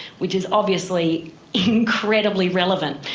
which is obviously incredibly relevant.